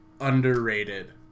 Underrated